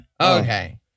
okay